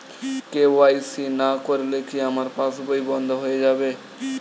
KYC না করলে কি আমার পাশ বই বন্ধ হয়ে যাবে?